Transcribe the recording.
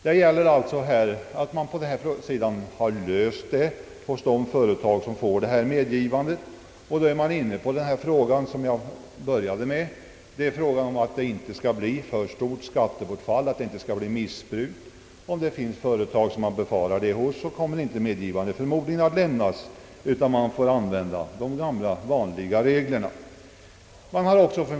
Det gäller här att lösa problemet för de företag, för vilka förste taxeringsintendenten kan medge undantag, och då är man inne på den fråga jag började med, nämligen att det gäller att se till att det inte blir alltför stort skattebortfall eller missbruk. Om dessa förutsättningar brister hos vissa företag, föreligger ju möjlighet att återkalla medgivandet, och då får vederbörande använda de vanliga reglerna.